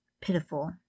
pitiful